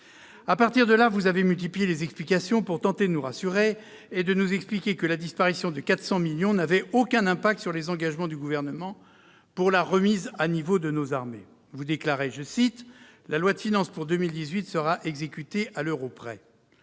ministre, vous avez multiplié les explications pour tenter de nous rassurer et nous expliquer que la disparition de 404 millions d'euros n'avait aucun impact sur les engagements du Gouvernement pour la remise à niveau de nos armées. Vous déclarez :« La loi de finances pour 2018 sera exécutée à l'euro près ».